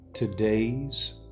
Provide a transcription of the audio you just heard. Today's